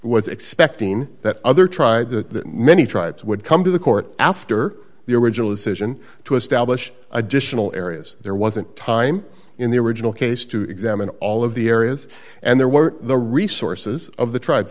was expecting that other try the many tribes would come to the court after the original decision to establish additional areas there wasn't time in the original case to examine all of the areas and there were the resources of the tribes